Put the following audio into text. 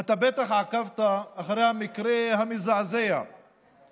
אתה בטח עקבת אחרי המקרה המזעזע של